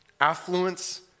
affluence